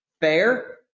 fair